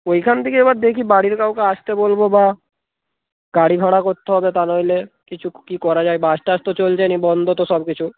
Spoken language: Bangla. ওইখান থেকে এবার দেখি বাড়ির কাউকে আসতে বলবো বা গাড়ি ভাড়া করতে হবে তা নইলে কিছু কী করা যায় বাস টাস তো চলছে না বন্ধ তো সবকিছু